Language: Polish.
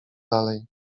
dalej